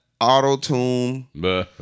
auto-tune